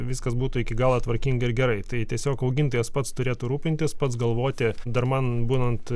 viskas būtų iki galo tvarkinga ir gerai tai tiesiog augintojas pats turėtų rūpintis pats galvoti dar man būnant